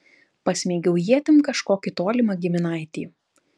pasmeigiau ietim kažkokį tolimą giminaitį